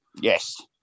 Yes